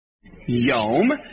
Yom